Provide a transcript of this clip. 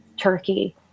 Turkey